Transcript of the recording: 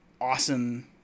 awesome